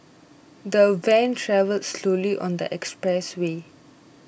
the van travelled slowly on the expressway